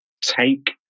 take